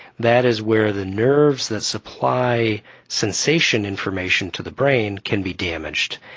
that is where the nerves that supply sensation information to the brain can be damaged,